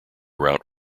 route